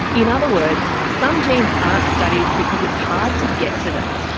in other words, some genes aren't studied because it's hard to get to them.